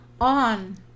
on